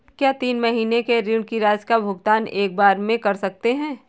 क्या तीन महीने के ऋण की राशि का भुगतान एक बार में कर सकते हैं?